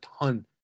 ton